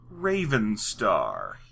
Ravenstar